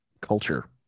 culture